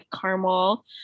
caramel